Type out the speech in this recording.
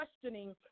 questioning